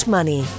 Money